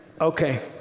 Okay